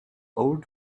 old